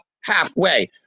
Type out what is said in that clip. halfway